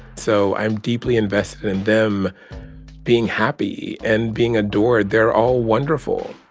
so i'm deeply invested in them being happy and being adored. they're all wonderful